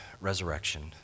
resurrection